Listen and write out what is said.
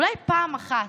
אולי פעם אחת,